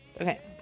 Okay